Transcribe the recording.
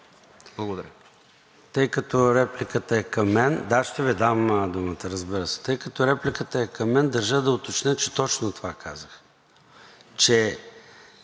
Благодаря.